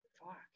fuck